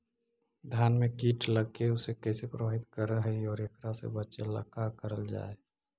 धान में कीट लगके उसे कैसे प्रभावित कर हई और एकरा से बचेला का करल जाए?